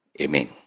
Amen